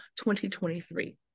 2023